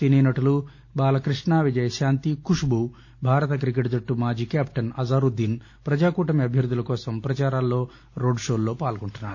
సినీనటుడు బాలకృష్ణ విజయశాంతి ఖుష్నూ భారత క్రికెట్ జట్లు మాజీ కెప్లెస్ అజారుద్దీన్ ప్రజాకూటమి అభ్వర్గుల కోసం ప్రచారంలో రోడ్ షోలలో పాల్గొంటున్నారు